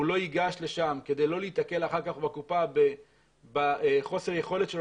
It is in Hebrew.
הוא לא ייגש לשם כדי לא להיתקל אחר כך בקופה בחוסר היכולת שלו